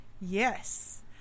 Yes